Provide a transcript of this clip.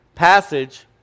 passage